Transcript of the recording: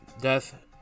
death